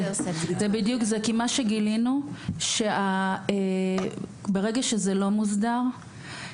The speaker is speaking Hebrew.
כי מה שגילינו שברגע שזה לא מוסדר,